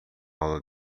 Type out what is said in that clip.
aula